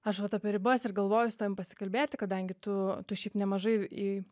aš vat apie ribas ir galvoju su tavim pasikalbėti kadangi tu tu šiaip nemažai į